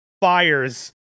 fires